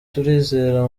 turizera